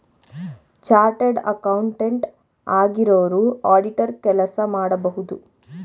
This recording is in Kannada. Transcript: ಚಾರ್ಟರ್ಡ್ ಅಕೌಂಟೆಂಟ್ ಆಗಿರೋರು ಆಡಿಟರ್ ಕೆಲಸ ಮಾಡಬೋದು